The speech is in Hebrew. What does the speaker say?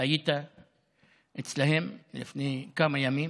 אתה היית אצלם לפני כמה ימים,